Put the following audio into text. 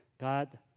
God